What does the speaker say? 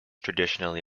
traditionally